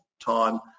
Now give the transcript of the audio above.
time